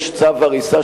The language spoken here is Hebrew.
יש צו הריסה,